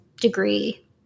degree